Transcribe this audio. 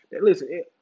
listen